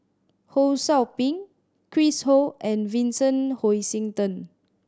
Ho Sou Ping Chris Ho and Vincent Hoisington